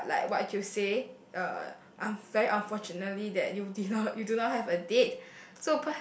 but like what you say uh I'm very unfortunately that you did not you do not have a date